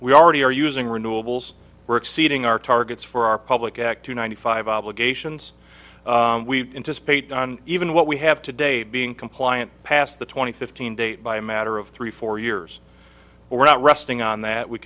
we already are using renewables we're exceeding our targets for our public act to ninety five obligations we anticipate on even what we have today being compliant past the twenty fifteen date by a matter of three four years we're not resting on that we